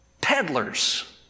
peddlers